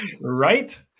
Right